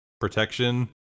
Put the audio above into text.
protection